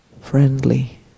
Friendly